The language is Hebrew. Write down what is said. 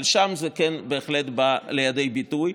אבל שם זה בהחלט כן בא לידי ביטוי.